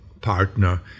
partner